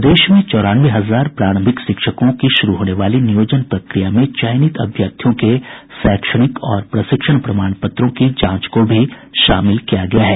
प्रदेश में चौरानवे हजार प्रारंभिक शिक्षकों की शुरू होने वाली नियोजन प्रक्रिया में चयनित अभ्यर्थियों के शैक्षणिक और प्रशिक्षण प्रमाण पत्रों की जांच को भी शामिल किया गया है